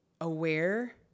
aware